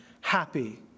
happy